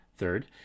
Third